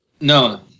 No